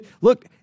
look